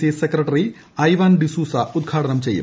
C secretary Ivan D'Souza ഉദ്ഘാടനം ചെയ്യും